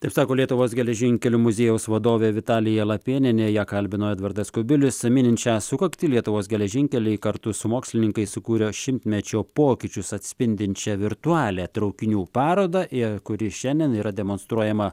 taip sako lietuvos geležinkelių muziejaus vadovė vitalija lapėnienė ją kalbino edvardas kubilius minint šią sukaktį lietuvos geležinkeliai kartu su mokslininkais sukūrė šimtmečio pokyčius atspindinčią virtualią traukinių parodą į kuri šiandien yra demonstruojama